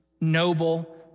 noble